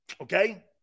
okay